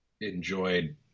enjoyed